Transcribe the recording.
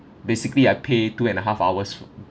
basically I pay two and a half hours